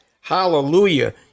Hallelujah